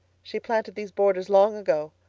she planted these borders long ago.